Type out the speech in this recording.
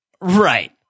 Right